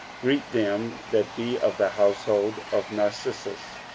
greet them that be of the household of narcissus,